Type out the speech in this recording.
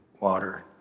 water